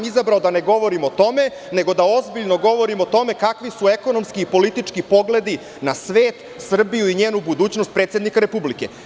Izabrao sam da ne govorim o tome, nego da ozbiljno govorimo o tome kakvi su ekonomski politički pogledi na svet, Srbiju i njenu budućnost predsednika Republike.